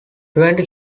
twenty